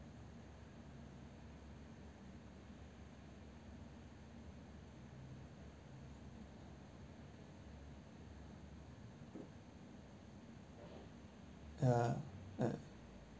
ya uh